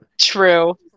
True